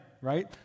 right